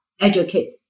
educate